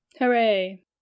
Hooray